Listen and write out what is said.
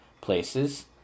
places